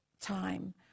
time